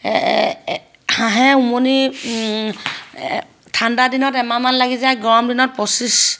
হাঁহে উমনি ঠাণ্ডা দিনত এমাহমান লাগি যায় গৰম দিনত পঁচিছ